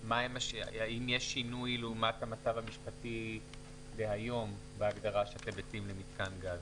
האם יש שינוי לעומת המצב המשפטי דהיום בהגדרה שאתם מציעים ל"מיתקן גז",